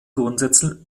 grundsätzen